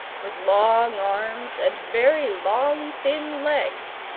with long arms, and very long, thin legs,